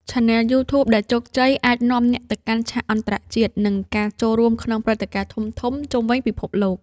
ឆានែលយូធូប ដែលជោគជ័យអាចនាំអ្នកទៅកាន់ឆាកអន្តរជាតិ និងការចូលរួមក្នុងព្រឹត្តិការណ៍ធំៗជុំវិញពិភពលោក។